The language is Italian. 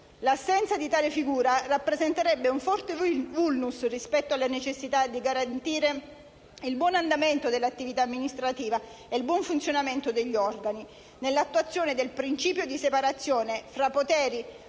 L'assenza di tale figura rappresenterebbe un forte *vulnus* rispetto alla necessità di garantire il buon andamento dell'attività amministrativa e il buon funzionamento degli organi, nell'attuazione del principio di separazione dei poteri